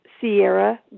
Sierra